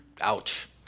Ouch